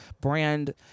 brand